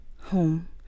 Home